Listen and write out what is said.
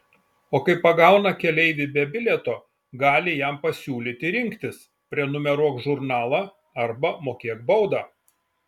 o kai pagauna keleivį be bilieto gali jam pasiūlyti rinktis prenumeruok žurnalą arba mokėk baudą